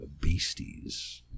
beasties